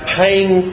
paying